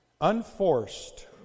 Unforced